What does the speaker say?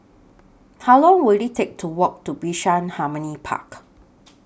How Long Will IT Take to Walk to Bishan Harmony Park